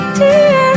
dear